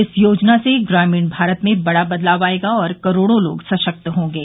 इस योजना से ग्रामीण भारत में बड़ा बदलाव आएगा और करोड़ों लोग सशक्त होंगे